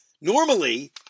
Normally